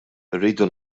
irridu